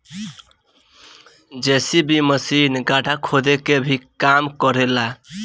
JCB machine गड्ढा खोदे के भी काम करे ला